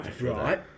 right